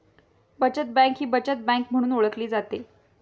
बचत बँक ही बचत बँक म्हणून ओळखली जाते